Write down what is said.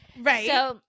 right